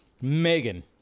Megan